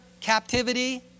captivity